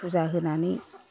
फुजा होनानै